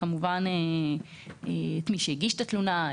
את מי שהגיש את התלונה,